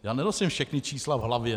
Já nenosím všechna čísla v hlavě.